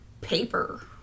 paper